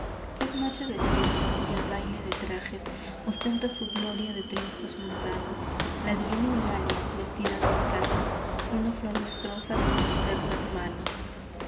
es noche de fiesta y el baile de trajes ostenta su gloria de triunfos mundanos la divina eulalia vestida de encajes una flor destroza con sus tersas manos